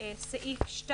סעיף (2),